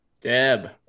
Deb